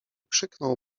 krzyknął